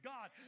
God